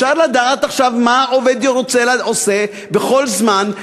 אפשר לדעת עכשיו מה עובד עושה בכל זמן,